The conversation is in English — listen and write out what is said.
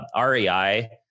REI